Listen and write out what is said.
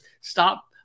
stop